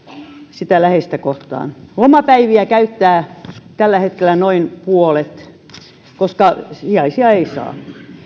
sitä läheistä kohtaan lomapäiviä käyttää tällä hetkellä noin puolet koska sijaisia ei saa